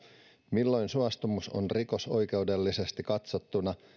milloin suostumus on rikosoikeudellisesti katsottuna